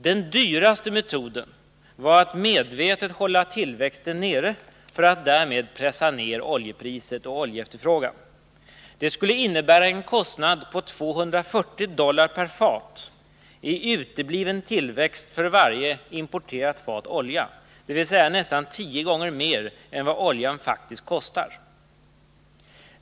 Den dyraste metoden var att medvetet hålla tillväxten nere för att därmed pressa ned oljepriset och oljeefterfrågan. Det skulle innebära en kostnad på 240 dollar per fat i utebliven tillväxt för varje importerat fat olja, dvs. nästan tio gånger mer än vad oljan faktiskt kostar.